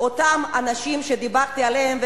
אותם אנשים שדיברתי עליהם,